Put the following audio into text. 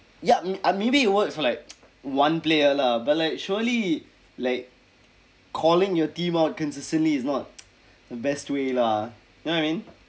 ya I maybe you watch for like one player lah but like surely like calling your team out consistently is not the best way lah know what I mean